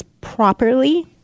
properly